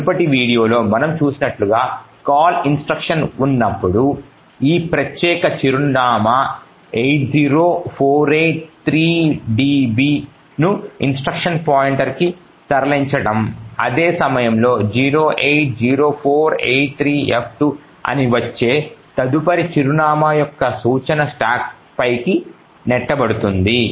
మునుపటి వీడియోలో మనం చూసినట్లుగా కాల్ ఇన్స్ట్రక్షన్ ఉన్నప్పుడు ఈ ప్రత్యేక చిరునామా 80483db ను ఇన్స్ట్రక్షన్ పాయింటర్లోకి తరలించడం అదే సమయంలో 080483f2 అని వచ్చే తదుపరి చిరునామా యొక్క సూచన స్టాక్పైకి నెట్టబడుతుంది